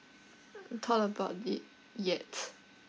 thought about it yet